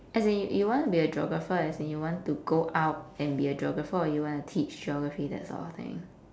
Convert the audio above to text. as in you want to be a geographer as in you want to go out and be a geographer or you want to teach geography that sort of thing